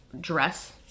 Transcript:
dress